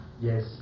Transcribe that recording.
Yes